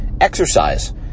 exercise